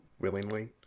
willingly